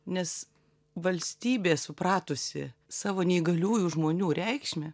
nes valstybė supratusi savo neįgaliųjų žmonių reikšmę